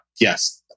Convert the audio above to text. Yes